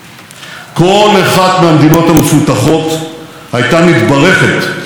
בשיעורי הצמיחה שלנו ובהישגים הרבים שהשגנו.